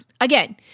Again